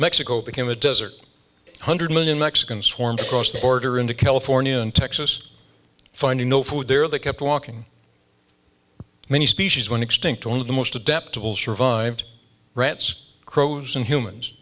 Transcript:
mexico became a desert hundred million mexicans form crossed the border into california and texas finding no food there they kept walking many species went extinct only the most adaptable survived rats crows and humans